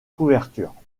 couverture